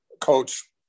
Coach